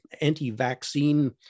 anti-vaccine